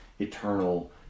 eternal